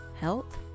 health